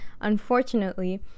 unfortunately